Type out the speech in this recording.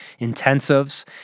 intensives